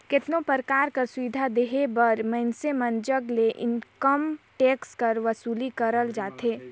केतनो परकार कर सुबिधा देहे बर मइनसे मन जग ले इनकम टेक्स कर बसूली करल जाथे